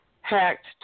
hacked